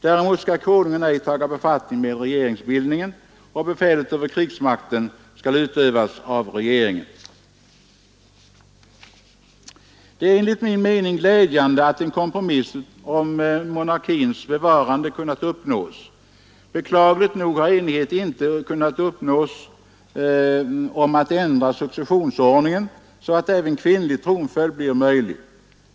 Däremot skall Konungen ej taga befattning med regeringsbildningen, och befälet över krigsmakten skall utövas av regeringen. Det är enligt min mening glädjande att en kompromiss om monarkins bevarande kunnat åstadkommas. Beklagligt nog har enighet inte kunnat uppnås om att ändra successionsordningen så att även kvinnlig tronföljd blir möjlig.